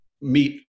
meet